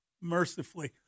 mercifully